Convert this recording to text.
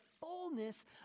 fullness